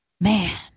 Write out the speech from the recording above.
Man